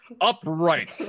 upright